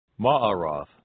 Ma'aroth